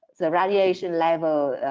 the variation level